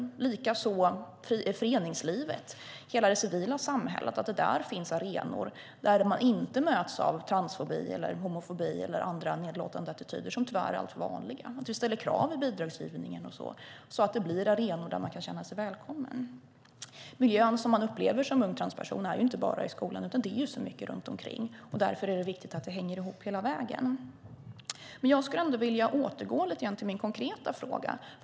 Det är viktigt att det i föreningslivet och i hela det civila samhället finns arenor där man inte möts av transfobi, homofobi eller andra nedlåtande attityder som är alltför vanliga. Vi kan ställa krav vid bidragsgivningen så att det blir arenor där dessa människor känner sig välkomna. Den miljö man upplever som ung transperson är ju inte bara skolan. Det är mycket runt omkring och därför viktigt att allt hänger ihop. Jag ska återgå till min konkreta fråga.